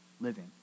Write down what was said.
living